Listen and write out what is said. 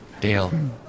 Dale